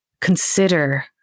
consider